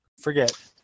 Forget